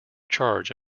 charge